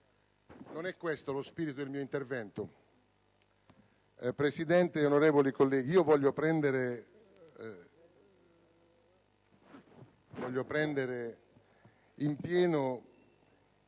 non è questo lo spirito del mio intervento. Signora Presidente, onorevoli colleghi, voglio raccogliere in pieno